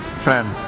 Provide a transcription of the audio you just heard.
fran,